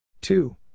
Two